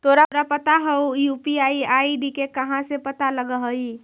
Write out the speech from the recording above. तोरा पता हउ, यू.पी.आई आई.डी के कहाँ से पता लगऽ हइ?